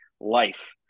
life